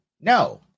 No